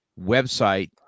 website